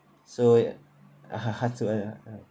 so so